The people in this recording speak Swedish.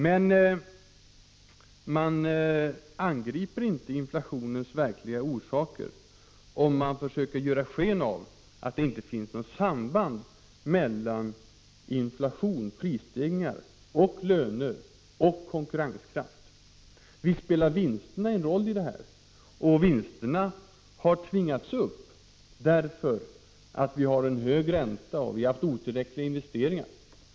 Men man angriper inte inflationens verkliga orsaker om man försöker göra sken av att det inte finns något samband mellan inflation — prisstegringar — löner — konkurrenskraft. Visst spelar vinsterna en roll i detta sammanhang. Vinsterna har tvingats upp därför att vi har hög ränta och otillräckliga investeringar.